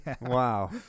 Wow